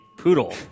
Poodle